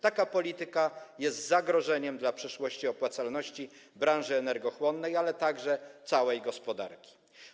Taka polityka jest zagrożeniem dla przyszłości i opłacalności branży energochłonnej, ale także dla całej gospodarki.